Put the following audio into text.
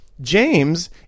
James